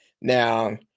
Now